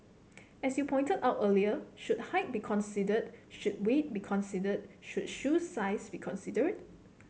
as you pointed out earlier should height be considered should weight be considered should shoe size be considered